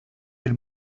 del